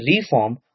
reform